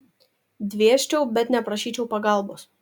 dvėsčiau bet neprašyčiau pagalbos